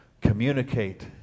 communicate